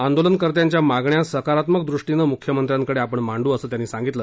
आंदोलनकर्त्यांच्या मागण्या सकारात्मक दूष्टीनं मुख्यमंत्र्यांकडे आपण मांडू असं त्यांनी सांगितलं